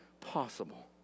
possible